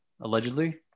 allegedly